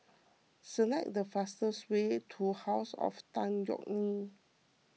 select the fastest way to House of Tan Yeok Nee